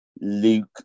Luke